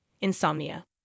insomnia